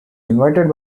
invited